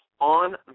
On